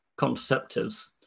contraceptives